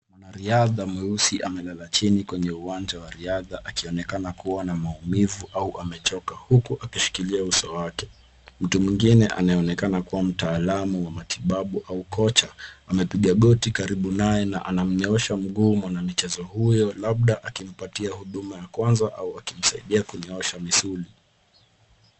Mwanariatha mweusi amelala chini kwenye uwanja wa riadha akionekana kuwa na maumivu au amechoka, huku akishikilia uso wake. Mtu mwingine anayeonekana kuwa mtaalamu wa matibabu au kocha, amepiga goti karibu naye na anamnyoosha mguu mwana michezo huyo labda akimpatia huduma ya kwanza au akimsaidia kunyoosha misuli.